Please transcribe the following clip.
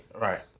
Right